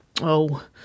Oh